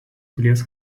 pilies